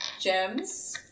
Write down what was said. Gems